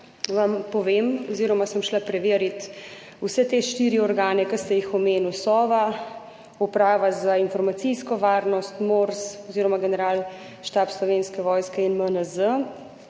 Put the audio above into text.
vam povem oziroma sem šla preverit vse te štiri organe, ki ste jih omenili, Sova, Uprava za informacijsko varnost, MORS oziroma Generalštab Slovenske vojske in MNZ,